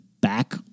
back